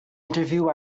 interview